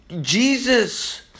Jesus